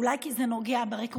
אולי כי זה נוגע ברקורד המקצועי שלי.